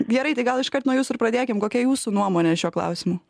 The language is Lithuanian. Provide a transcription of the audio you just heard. gerai tai gal iškart nuo jūsų ir pradėkim kokia jūsų nuomonė šiuo klausimu